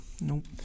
Nope